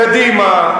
קדימה,